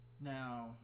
Now